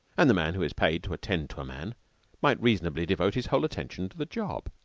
and the man who is paid to attend to a man might reasonably devote his whole attention to the job.